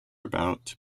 about